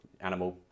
animal